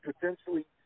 potentially